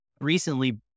recently